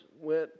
went